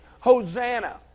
Hosanna